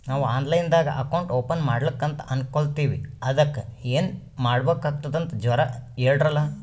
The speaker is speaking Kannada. ನಾವು ಆನ್ ಲೈನ್ ದಾಗ ಅಕೌಂಟ್ ಓಪನ ಮಾಡ್ಲಕಂತ ಅನ್ಕೋಲತ್ತೀವ್ರಿ ಅದಕ್ಕ ಏನ ಮಾಡಬಕಾತದಂತ ಜರ ಹೇಳ್ರಲ?